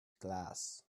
glass